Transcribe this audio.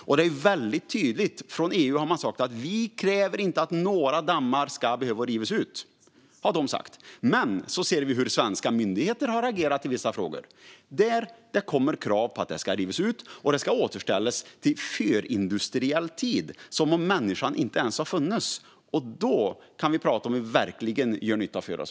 Från EU har man väldigt tydligt sagt: Vi kräver inte att några dammar ska rivas ut. Men sedan ser vi hur svenska myndigheter har agerat i vissa frågor. Där kommer krav på att det ska rivas ut och återställas till förindustriell tid - som om människan inte ens skulle ha funnits! Då, fru talman, kan vi prata om hur vi verkligen gör nytta för oss.